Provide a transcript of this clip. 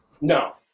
No